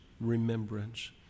remembrance